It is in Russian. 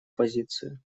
позицию